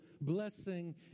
blessing